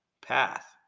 path